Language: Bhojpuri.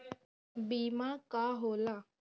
बीमा का होला?